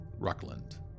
Ruckland